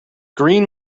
green